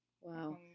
Wow